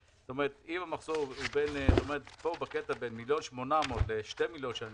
פה בין 1.8 מיליון שקל ל-2.2 מיליון שקל